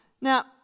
Now